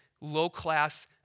low-class